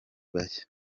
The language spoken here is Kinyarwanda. bashya